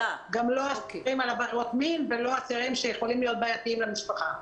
גם לא אסירים על עבירות מין ולא אסירים שיכולים להיות בעייתיים למשפחה.